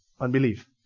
Unbelief